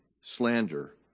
slander